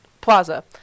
plaza